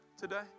today